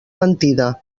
mentida